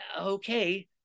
okay